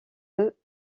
eux